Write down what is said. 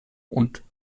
und